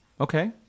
Okay